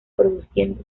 produciendo